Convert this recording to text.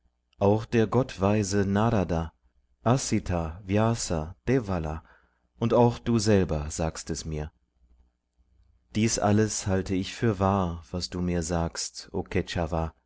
auch der gottweise nrada asa devala und auch du selber sagst es mir dies alles halte ich für wahr was du mir sagst o